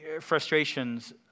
frustrations